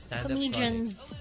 Comedians